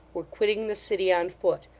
were quitting the city on foot,